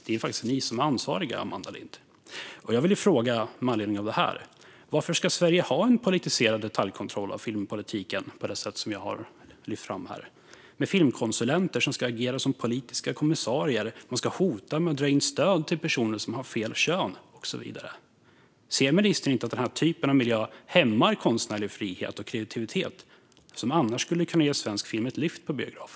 Det är faktiskt ni som är ansvariga, Amanda Lind. Med anledning av det vill jag fråga: Varför ska Sverige ha en politiserad detaljkontroll av filmpolitiken på det sätt som jag har lyft fram här med filmkonsulenter som ska agera politiska kommissarier, hota med att dra in stöd till personer som har "fel" kön och så vidare? Ser inte ministern att den typen av miljö hämmar konstnärlig frihet och kreativitet, som annars skulle kunna ge svensk film ett lyft på biograferna?